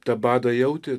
tą badą jautėt